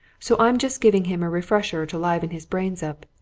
so i'm just giving him a refresher to liven his brains up.